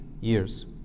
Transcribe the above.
years